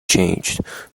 changed